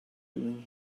doing